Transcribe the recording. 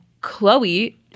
Chloe –